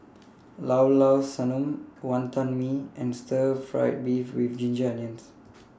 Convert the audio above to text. Llao Llao Sanum Wantan Mee and Stir Fried Beef with Ginger Onions